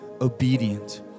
obedient